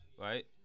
right